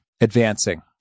advancing